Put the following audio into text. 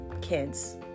kids